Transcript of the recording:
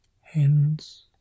hands